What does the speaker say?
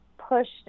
pushed